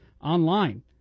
online